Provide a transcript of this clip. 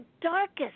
darkest